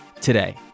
today